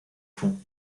fond